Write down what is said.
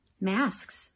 Masks